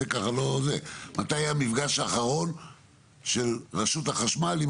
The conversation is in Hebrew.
מתי היה המפגש האחרון של רשות החשמל עם